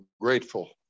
grateful